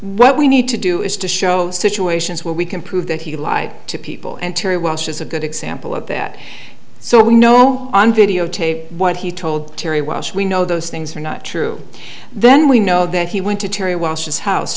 what we need to do is to show situations where we can prove that he lied to people and terry walsh is a good example of that so we know and videotape what he told terry welsh we know those things are not true then we know that he went to terry walsh's house